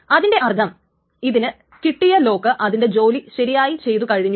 അതിൻറെ അർത്ഥം ഇതിന് കിട്ടിയ ലോക്ക് അതിൻറെ ജോലി ശരിയായി ചെയ്തുകഴിഞ്ഞു